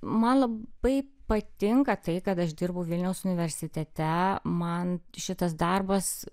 man labai patinka tai kad aš dirbu vilniaus universitete man šitas darbas